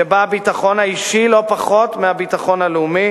שבה הביטחון האישי לא פחות מהביטחון הלאומי.